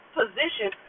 position